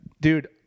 Dude